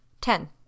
Ten